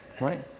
right